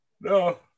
No